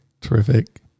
Terrific